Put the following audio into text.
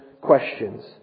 questions